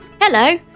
hello